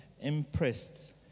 impressed